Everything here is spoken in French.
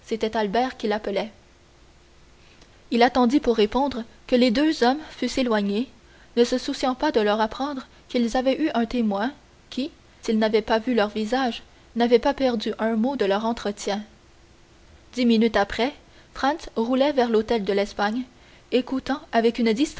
qui l'appelait il attendit pour répondre que les deux hommes fussent éloignés ne se souciant pas de leur apprendre qu'ils avaient eu un témoin qui s'il n'avait pas vu leur visage n'avait pas perdu un mot de leur entretien dix minutes après franz roulait vers l'hôtel d'espagne écoutant avec une